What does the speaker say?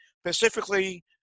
specifically